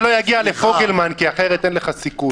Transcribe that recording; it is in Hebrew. לא יגיע לפוגלמן כי אחרת אין לך סיכוי.